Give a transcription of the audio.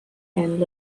and